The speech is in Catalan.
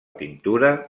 pintura